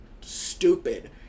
stupid